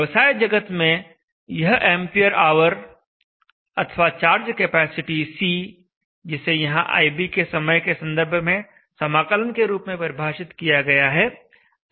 व्यवसाय जगत में यह एंपियर आवर अथवा चार्ज कैपेसिटी C जिसे यहां ib के समय के संदर्भ में समाकलन के रूप में परिभाषित किया गया है अधिक प्रचलित है